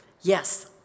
Yes